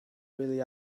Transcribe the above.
really